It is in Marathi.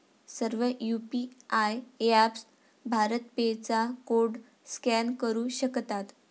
सर्व यू.पी.आय ऍपप्स भारत पे चा कोड स्कॅन करू शकतात